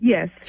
Yes